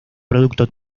producto